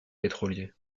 pétroliers